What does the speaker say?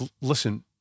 listen